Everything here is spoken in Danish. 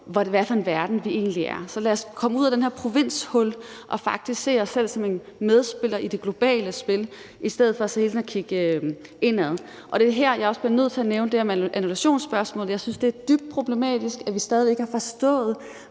for en verden, vi er i? Så lad os komme ud af det her provinshul og faktisk se os selv som en medspiller i det globale spil i stedet for hele tiden at kigge indad. Og det er jo også her, jeg bliver nødt til at nævne det her med annullationsspørgsmålet. Jeg synes, det er dybt problematisk, at vi stadig væk ikke har forstået,